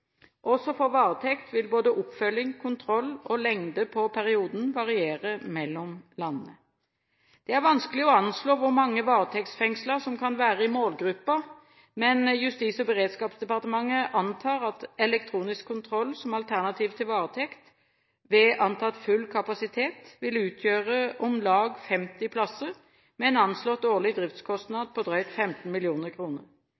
Også for varetekt vil både oppfølging, kontroll og lengde på perioden variere mellom landene. Det er vanskelig å anslå hvor mange varetektsfengslede som kan være i målgruppen, men Justis- og beredskapsdepartementet antar at elektronisk kontroll som alternativ til varetekt, ved antatt full kapasitet vil utgjøre om lag 50 plasser med en anslått årlig